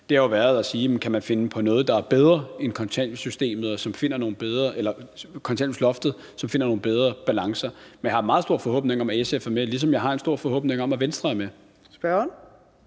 – har jo været at se, om man kan finde på noget, der er bedre end kontanthjælpsloftet, og som finder nogle bedre balancer. Men jeg har en meget stor forhåbning om, at SF er med, ligesom jeg har en stor forhåbning om, at Venstre er med.